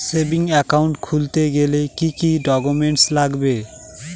Savings account খুলতে গেলে কি কি ডকুমেন্টস লাগবে?